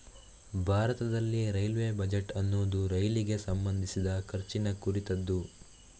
ಭಾರತದಲ್ಲಿ railway budget ಅನ್ನುದು ರೈಲಿಗೆ ಸಂಬಂಧಿಸಿದ ಖರ್ಚಿನ ಕುರಿತದ್ದು